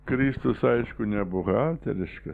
kristus aišku nebuhalteriška